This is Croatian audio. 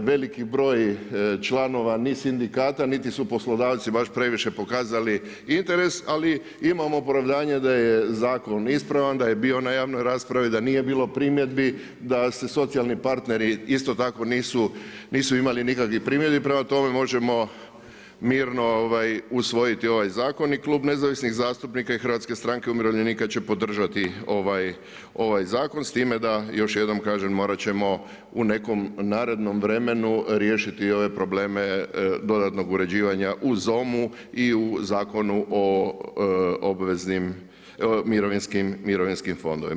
veliki broj članova ni sindikata niti su poslodavci baš previše pokazali interes, ali imam opravdanje da je zakon ispravan, da je bio na javnoj raspravi, da nije bilo primjedbi, da se socijalni partneri isto tako nisu imali nikakvih primjedbi prema tome možemo mirno usvojiti ovaj zakon i Klub nezavisnih zastupnika i HSU-a će podržati ovaj zakon s time da još jednom kažem morat ćemo u nekom narednom vremenu riješiti ove probleme dodatnog uređivanja u ZOM-u i u Zakonu o mirovinskim fondovima.